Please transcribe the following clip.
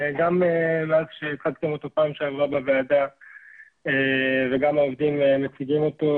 גם כשהצגתם אותו פעם שעברה בוועדה וגם העובדים מציגים אותו,